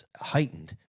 heightened